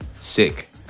Sick